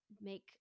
make